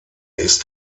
ist